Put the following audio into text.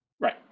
Right